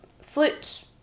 flutes